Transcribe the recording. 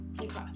Okay